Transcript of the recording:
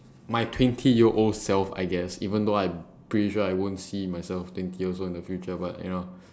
my twenty year old self I guess even though I'm pretty sure I won't see myself twenty years old in the future but you know